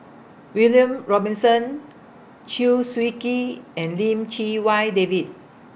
William Robinson Chew Swee Kee and Lim Chee Wai David